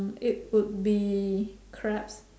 it would be crabs